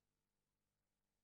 אחמד,